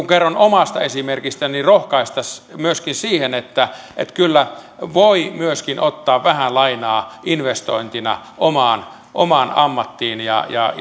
kerroin omasta esimerkistäni rohkaista myöskin siihen että kyllä voi myöskin ottaa vähän lainaa investointina omaan omaan ammattiin ja ja